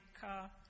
car